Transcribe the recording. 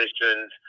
positions